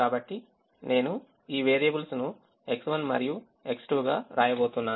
కాబట్టి నేను ఈ వేరియబుల్స్ ను X1 మరియు X2 గా వ్రాయబోతున్నాను